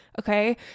okay